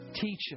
Teach